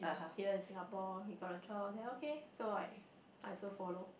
here in Singapore he got a job then okay so I so I also follow